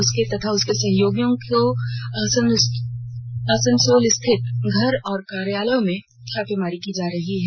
उसके तथा उसके सहयोगियों के आसनसोल स्थित घर और कार्यालयों में छापेमारी की जा रही है